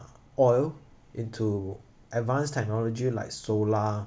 uh oil into advanced technology like solar